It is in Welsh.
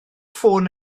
ffôn